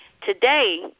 Today